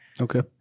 Okay